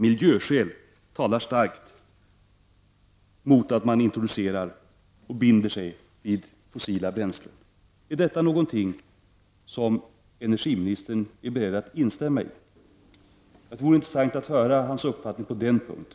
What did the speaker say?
——-- Miljöskäl talar starkt emot en sådan introduktion —-—--”, dvs. emot att man binder sig vid fossila bränslen. Är detta någonting som industriministern är beredd att instämma i? Det vore intressant att höra hans uppfattning på den punkten.